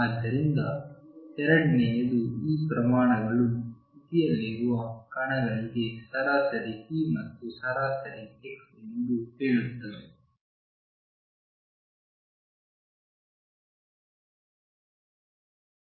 ಆದ್ದರಿಂದ ಎರಡನೆಯದು ಈ ಪ್ರಮಾಣಗಳು ಸ್ಥಿತಿಯಲ್ಲಿರುವ ಕಣಗಳಿಗೆ ಸರಾಸರಿ p ಮತ್ತು ಸರಾಸರಿ x ಎಂದು ಹೇಳುತ್ತದೆ